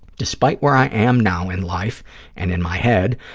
despite where i am now in life and in my head,